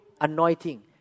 anointing